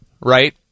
right